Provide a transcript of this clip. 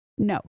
No